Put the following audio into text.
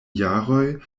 jaroj